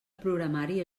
programari